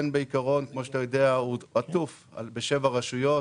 כמו שאתה יודע, הפארק הזה עטוף בשבע רשויות